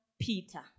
Peter